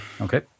Okay